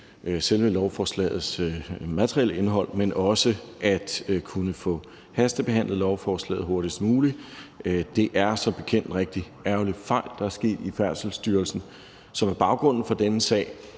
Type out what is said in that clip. selve lovforslagets materielle indhold, men også til at kunne få hastebehandlet lovforslaget hurtigst muligt. Det er som bekendt en rigtig ærgerlig fejl, der er sket i Færdselsstyrelsen, som er baggrunden for denne sag.